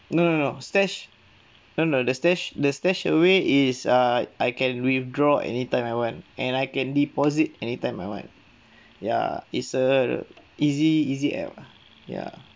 no no no stash no no the stash the StashAway is err I can withdraw anytime I want and I can deposit anytime I want ya is a easy easy app ya